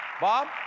Bob